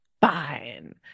Fine